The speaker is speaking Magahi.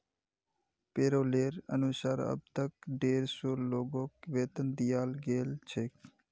पैरोलेर अनुसार अब तक डेढ़ सौ लोगक वेतन दियाल गेल छेक